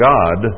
God